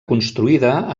construïda